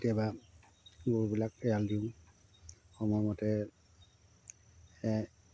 কেতিয়াবা গৰুবিলাক এৰাল দিওঁ সময়মতে